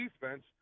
defense